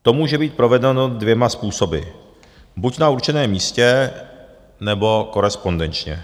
To může být provedeno dvěma způsoby: buď na určeném místě, nebo korespondenčně.